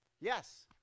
Yes